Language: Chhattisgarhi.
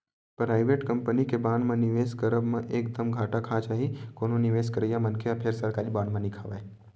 पराइवेट कंपनी के बांड म निवेस करब म एक दम घाटा खा जाही कोनो निवेस करइया मनखे ह फेर सरकारी बांड म नइ खावय